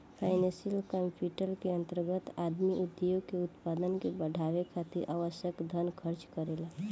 financial capital के अंतर्गत आदमी उद्योग के उत्पादन के बढ़ावे खातिर आवश्यक धन खर्च करेला